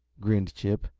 grinned chip,